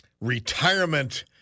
Retirement